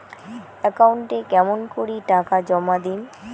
একাউন্টে কেমন করি টাকা জমা দিম?